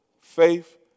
faith